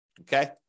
okay